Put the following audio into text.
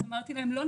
אז אמרתי להם לא,